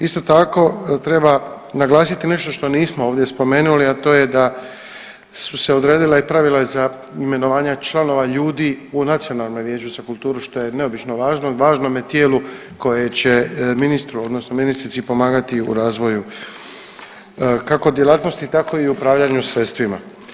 Isto tako, treba naglasiti nešto što nismo ovdje spomenuli, a to je da su se odredila pravila i za imenovanja članova ljudi u Nacionalnom vijeću za kulturu što je neobično važno, važnome tijelu koje će ministru odnosno ministrici pomagati u razvoju kako djelatnosti, tako i u upravljanju sredstvima.